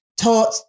Taught